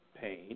pain